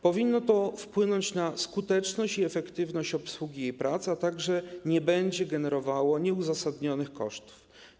Powinno to wpłynąć na skuteczność i efektywność obsługi jej prac, a także nie będzie generowało nieuzasadnionych kosztów.